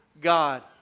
God